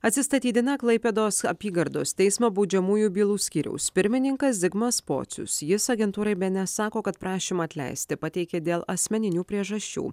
atsistatydina klaipėdos apygardos teismo baudžiamųjų bylų skyriaus pirmininkas zigmas pocius jis agentūrai bns sako kad prašymą atleisti pateikė dėl asmeninių priežasčių